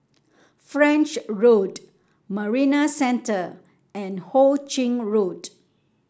French Road Marina Centre and Ho Ching Road